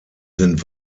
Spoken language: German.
sind